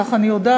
כך אני יודעת,